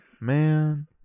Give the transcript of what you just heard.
Man